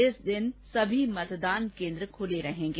इस दिन सभी मतदान केन्द्र खुले रहेंगे